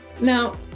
Now